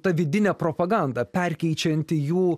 ta vidinė propaganda perkeičianti jų